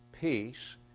peace